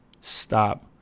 Stop